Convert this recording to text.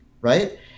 right